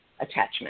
attachment